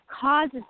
causes